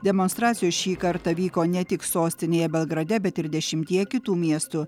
demonstracijos šį kartą vyko ne tik sostinėje belgrade bet ir dešimtyje kitų miestų